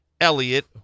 elliot